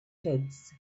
kids